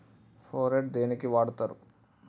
Phorate దేనికి వాడుతరు?